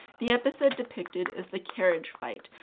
the episode depicted is the carriage fight,